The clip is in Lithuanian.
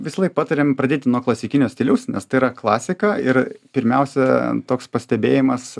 visąlaik patariam pradėti nuo klasikinio stiliaus nes tai yra klasika ir pirmiausia toks pastebėjimas